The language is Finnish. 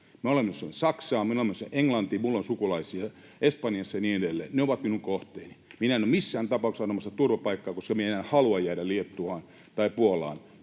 olen menossa Englantiin.” ”Minulla on sukulaisia Espanjassa” ja niin edelleen. ”Ne ovat minun kohteeni.” ”Minä en ole missään tapauksessa anomassa turvapaikkaa, koska minä en halua jäädä Liettuaan tai Puolaan